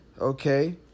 Okay